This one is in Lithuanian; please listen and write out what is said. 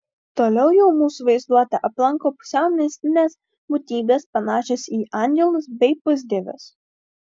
toliau jau mūsų vaizduotę aplanko pusiau mistinės būtybės panašios į angelus bei pusdievius